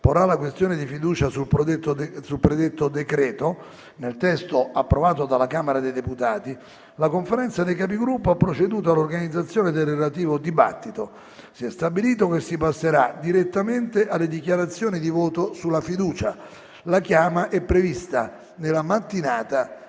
porrà la questione di fiducia sul predetto decreto nel testo approvato dalla Camera dei deputati, la Conferenza dei Capigruppo ha proceduto all'organizzazione del relativo dibattito. Si è stabilito che si passerà direttamente alle dichiarazioni di voto sulla fiducia. La chiama è prevista nella mattina